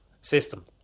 system